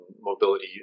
mobility